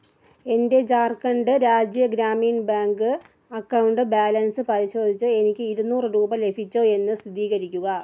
എൻ്റെ Jharkhand Rajya Gramin bank account balance പരിശോധിച്ച് എനിക്ക് ഇരുന്നൂറ് രൂപ ലഭിച്ചോ എന്ന് സ്ഥിതീകരിക്കുക